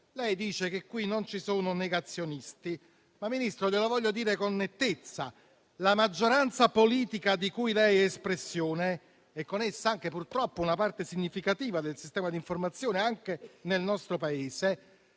Lei dice che qui non ci sono negazionisti, ma, Ministro. glielo voglio dire con nettezza: la maggioranza politica di cui lei è espressione - e con essa, purtroppo, anche una parte significativa del sistema di informazione nel nostro Paese